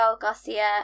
Garcia